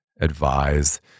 advise